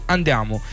Andiamo